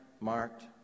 marked